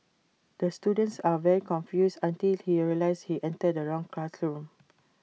the students are very confused until he realised he entered the wrong classroom